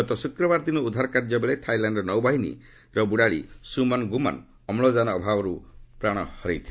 ଗତ ଶୁକ୍ରବାର ଦିନ ଉଦ୍ଧାର କାର୍ଯ୍ୟ ବେଳେ ଥାଇଲ୍ୟାଣ୍ଡର ନୌବାହିନୀର ବୁଡାଳି ସମନ ଗୁନମ୍ ଅମ୍ଳଜାନ ଅଭାବରୁ ପ୍ରାଣ ହରାଇଥିଲେ